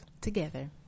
Together